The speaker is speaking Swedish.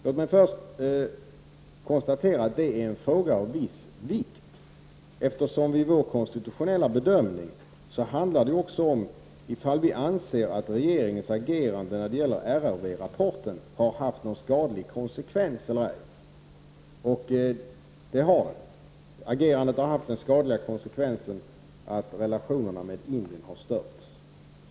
Låt mig först konstatera att det är en fråga av viss vikt, eftersom det i vår konstitutionella bedömning handlar om ifall vi anser att regeringens agerande i fråga om RRV-rapporten har haft någon skadlig konsekvens eller ej. Det har den. Agerandet har haft den skadliga konsekvensen att relationerna med Indien har störts.